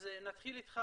אז נתחיל איתך,